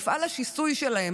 מפעל השיסוי שלהם,